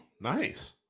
nice